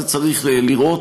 את זה צריך לראות,